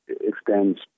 extends